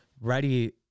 ready